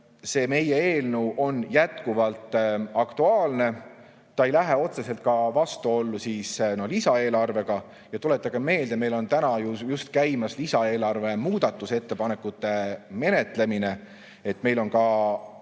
Meie eelnõu on jätkuvalt aktuaalne, ta ei lähe otseselt vastuollu ka lisaeelarvega. Ja tuletagem meelde, meil on täna käimas lisaeelarve muudatusettepanekute menetlemine. Meil on ka